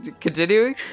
continuing